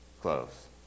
close